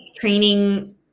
training